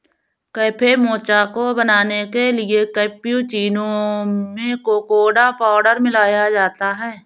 cafe mocha को बनाने के लिए कैप्युचीनो में कोकोडा पाउडर मिलाया जाता है